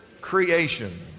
creation